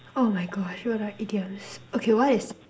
oh my gosh what are idioms okay what is